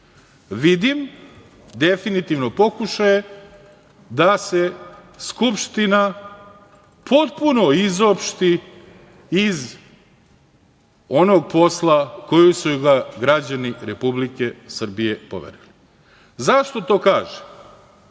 vidim definitivno pokušaje da se Skupština potpuno izopšti iz onog posla koji su joj građani Republike Srbije poverili. Zašto to kažem?